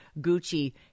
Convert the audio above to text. Gucci